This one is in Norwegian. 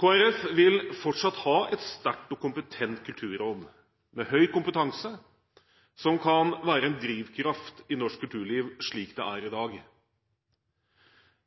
Folkeparti vil fortsatt ha et sterkt og kompetent kulturråd med høy kompetanse, som kan være en drivkraft i norsk kulturliv, slik det er i dag.